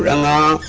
and la